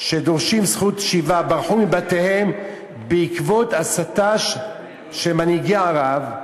שדורשים זכות שיבה ברחו מבתיהם בעקבות הסתה של מנהיגי ערב,